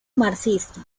marxista